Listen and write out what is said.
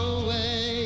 away